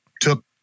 Took